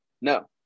No